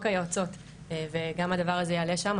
היועצות ואני מקווה שגם הדבר הזה יעלה שם,